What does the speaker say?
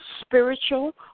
spiritual